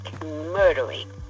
murdering